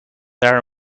our